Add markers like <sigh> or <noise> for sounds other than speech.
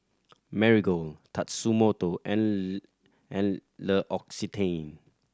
Marigold Tatsumoto and <unintelligible> and L'Occitane